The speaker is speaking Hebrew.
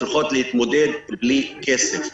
צריכות להתמודד בלי כסף.